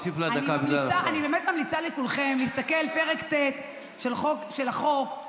אני באמת ממליצה לכולכם להסתכל בפרק ט' של החוק,